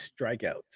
strikeouts